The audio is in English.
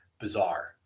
bizarre